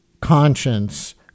conscience